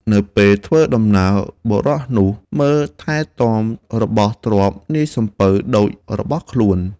នៅពេលធ្វើដំណើរ បុរសនោះមើលថែទាំរបស់ទ្រព្យនាយសំពៅដូចរបស់ខ្លួន។